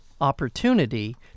opportunity